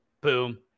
Boom